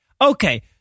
Okay